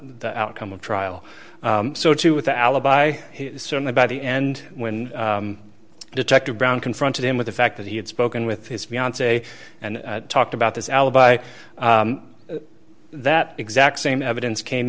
the outcome of trial so too with alibi certainly by the end when detective brown confronted him with the fact that he had spoken with his fiance and talked about this alibi that exact same evidence came